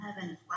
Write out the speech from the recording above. heaven